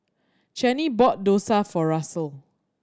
Chanie bought dosa for Russel